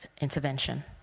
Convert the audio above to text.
intervention